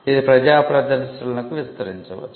ఇది ప్రజా ప్రదర్శనలకు విస్తరించవచ్చు